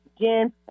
Jen